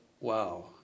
wow